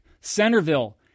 Centerville